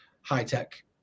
high-tech